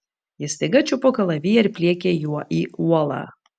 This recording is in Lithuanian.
ji staiga čiupo kalaviją ir pliekė juo į uolą